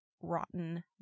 rotten